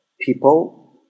people